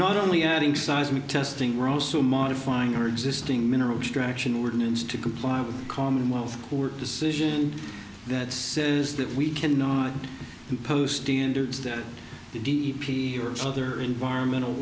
not only adding seismic testing we're also modifying our existing mineral extraction ordinance to comply with commonwealth court decision that says that we cannot impose standards that the d p or other environmental